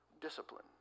discipline